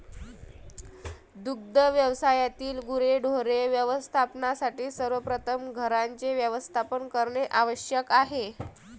दुग्ध व्यवसायातील गुरेढोरे व्यवस्थापनासाठी सर्वप्रथम घरांचे व्यवस्थापन करणे आवश्यक आहे